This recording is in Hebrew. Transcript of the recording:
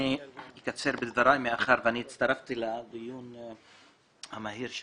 אני אקצר בדבריי מאחר שאני הצטרפתי לדיון המהיר של